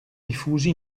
diffusi